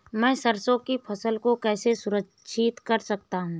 मैं सरसों की फसल को कैसे संरक्षित कर सकता हूँ?